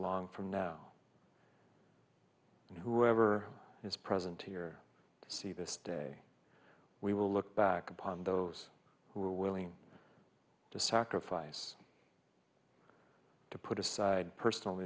long from now and whoever is present here to see this day we will look back upon those who are willing to sacrifice to put aside personal